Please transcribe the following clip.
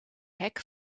hek